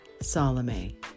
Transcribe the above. Salome